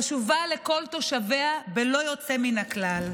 העיר הזו חשובה לכל תושביה בלא יוצא מן הכלל.